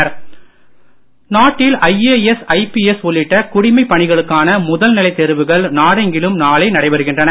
civil service நாட்டில் IAS IPS உள்ளிட்ட குடிமைப் பணிகளுக்கான முதல் நிலைத் தேர்வுகள் நாடெங்கிலும் நாளை நடைபெறுகின்றன